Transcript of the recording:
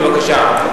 רוצה.